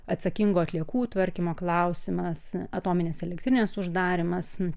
atsakingo atliekų tvarkymo klausimas atominės elektrinės uždarymas